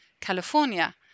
California